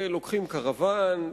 לוקחים קרוון,